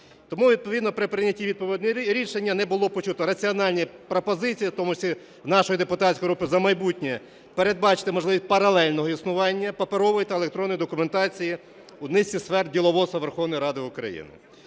Тому відповідно при прийнятті відповідного рішення не було почуто раціональні пропозиції, в тому числі нашої депутатської групи "За майбутнє", перебачити можливість паралельного існування паперової та електронної документації у низці сфер діловодства Верховної Ради України.